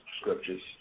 scriptures